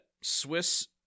Swiss